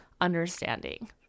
understanding